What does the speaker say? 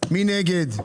מי נגד?